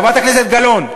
חברת הכנסת גלאון,